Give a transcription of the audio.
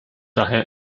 daher